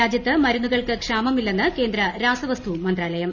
രാജ്യത്ത് മരുന്നുകൾക്ക് ക്ഷാമമില്ലെന്ന് കേന്ദ്ര രാസവസ്തു മന്ത്രാലയം